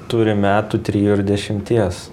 turim metų trijų ir dešimties